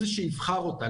אותה.